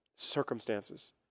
circumstances